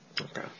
Okay